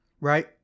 Right